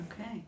Okay